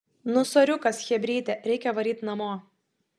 nu soriukas chebryte reikia varyt namo